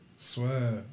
Swear